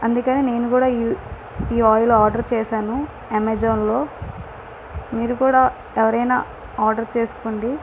అందుకని నేను కూడా ఈ ఈ ఆయిల్ ఆర్డర్ చేసాను అమెజాన్లో మీరు కూడా ఎవరైనా ఆర్డర్ చేసుకోండి